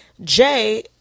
Jay